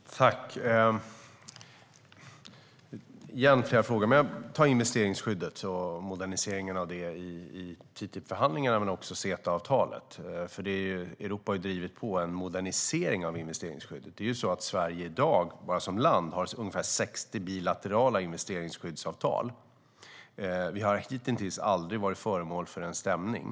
Herr talman! Jag fick igen flera frågor, men jag tar frågan om investeringsskyddet och moderniseringen av det i TTIP-förhandlingarna men också CETA-avtalet. Europa har ju drivit på för en modernisering av investeringsskyddet. Sverige har i dag som land ungefär 60 bilaterala investeringsskyddsavtal. Vi har hitintills aldrig varit föremål för stämning.